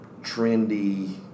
trendy